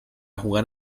jugar